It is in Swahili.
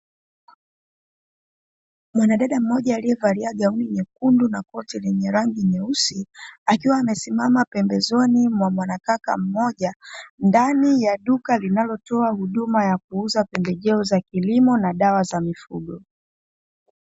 Mwanadada aliyevalia gauni nyekundu na koti lenye rangi nyeusi, akiwa amesimama pembezoni mwa mwanakaka mmoja dani ya duka linalotoa huduma za kuuza pembejeo za kilimo na dawa za mifugo.